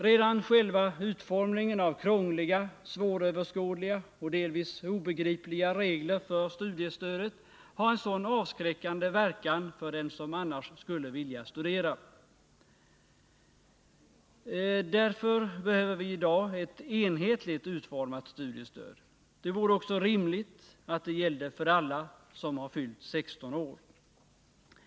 Redan själva utformningen av krångliga, svåröverskådliga och delvis obegripliga regler för studiestödet har en sådan avskräckande verkan för den som annars skulle vilja studera. Därför behöver vi i dag ett enhetligt utformat studiestöd. Det vore också rimligt att det gällde för alla som har fyllt 16 år.